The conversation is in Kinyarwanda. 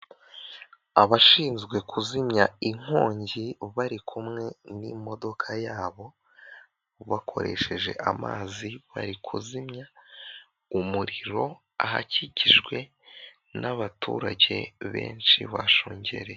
Abashinzwe kuzimya inkongi bari kumwe n'imodoka yabo, bakoresheje amazi bari kuzimya umuriro ahakikijwe n'abaturage benshi bashungereye.